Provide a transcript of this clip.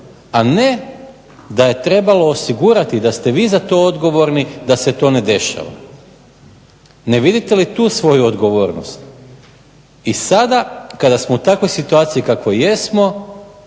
a ne da je trebalo osigurati, da ste vi za to odgovorni da se to ne dešava. Ne vidite li tu svoju odgovornost? I sada kada smo u takvoj situaciji kakvoj jesmo